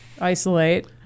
isolate